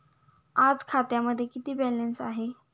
आज खात्यामध्ये किती बॅलन्स आहे?